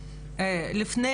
לפי